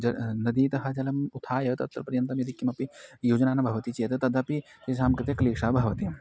ज नदीतः जलम् उत्थाय तत्र पर्यन्तं यदि किमपि योजनानां भवति चेत् तदपि तेषां कृते क्लेशः भवति